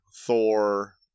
Thor